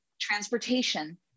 Transportation